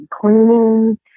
cleaning